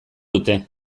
dute